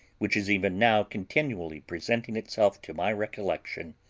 which is even now continually presenting itself to my recollection,